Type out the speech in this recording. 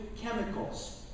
chemicals